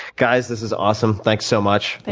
guys, this is awesome. thanks so much.